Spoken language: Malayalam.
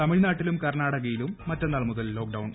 തമിഴ്നാട്ടിലും കർണാടകയിലും മറ്റന്ന്റിൾമുതൽ ലോക്ഡൌൺ